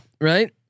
Right